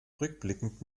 rückblickend